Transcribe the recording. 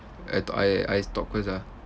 I thought I I talk first ah